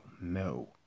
no